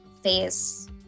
face